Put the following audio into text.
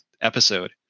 episode